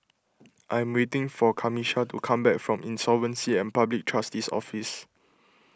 I am waiting for Camisha to come back from Insolvency and Public Trustee's Office